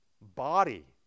body